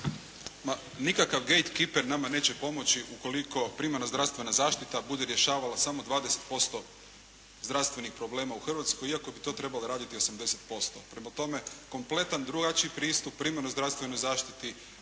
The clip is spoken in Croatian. Nikakav gate keeper nama neće pomoći ukoliko primarna zdravstvena zaštita bude rješavala samo 20% zdravstvenih problema u Hrvatskoj iako bi to trebale raditi 80%. Prema tome, kompletan drugačiji pristup primarnoj zdravstvenoj zaštiti, povratak